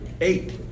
eight